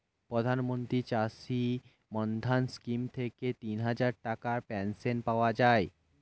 প্রধানমন্ত্রী চাষী মান্ধান স্কিম থেকে তিনহাজার টাকার পেনশন পাওয়া যায়